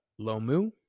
Lomu